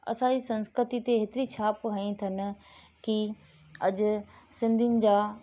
असांजी संस्कृति ते हेतिरी छाप हई अथनि की अॼु सिंधियुनि जा